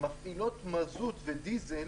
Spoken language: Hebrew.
מפעילות מזוט ודיזל